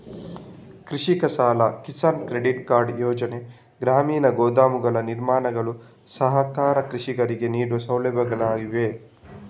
ಕೃಷಿಕ ಸಾಲ, Kisan credit card ಯೋಜನೆ, ಗ್ರಾಮೀಣ ಗೋದಾಮುಗಳ ನಿರ್ಮಾಣಗಳು ಸರ್ಕಾರ ಕೃಷಿಕರಿಗೆ ನೀಡುವ ಸೌಲಭ್ಯಗಳಾಗಿವೆ